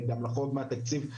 המחודשת.